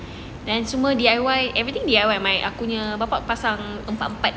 then semua D_I_Y everything D_I_Y my akunya bapa pasang empat-empat